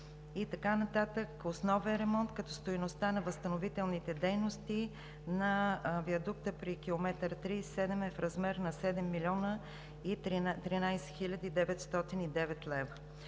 и така нататък – основен ремонт, като стойността на възстановителните дейности на виадукта при 37-и км е в размер на 7 млн. 13 хил. 909 лв.